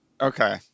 Okay